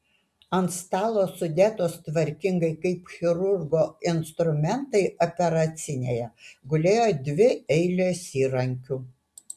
ant stalo sudėtos tvarkingai kaip chirurgo instrumentai operacinėje gulėjo dvi eilės įrankių